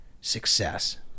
success